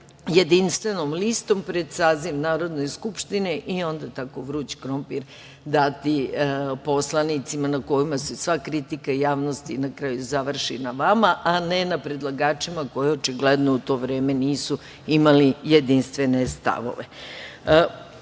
jedinstvenom listom pred saziv Narodne skupštine i onda tako vruć krompir dati poslanicima na kojima se sva kritika javnosti i na kraju završi na vama, a ne na predlagačima koji očigledno u to vreme nisu imali jedinstvene stavove.I